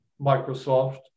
Microsoft